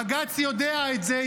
בג"ץ יודע את זה,